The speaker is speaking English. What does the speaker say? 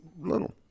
little